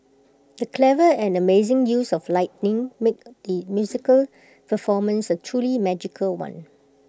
the clever and amazing use of lighting made the musical performance A truly magical one